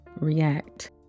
react